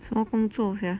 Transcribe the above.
什么工作 sia